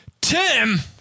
Tim